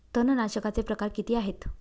तणनाशकाचे प्रकार किती आहेत?